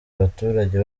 abaturage